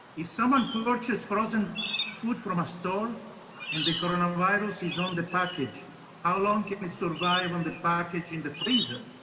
if someone purchase frozen food from a store and the coronavirus is on the package how long can it survive on the package and the freezer?